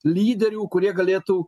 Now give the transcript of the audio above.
lyderių kurie galėtų